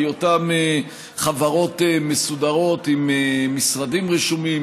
בהיותם חברות מסודרות עם משרדים רשומים,